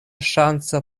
ŝanco